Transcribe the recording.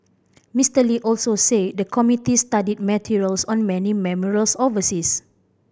Mister Lee also say the committee studied materials on many memorials overseas